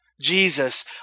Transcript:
Jesus